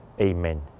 Amen